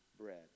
bread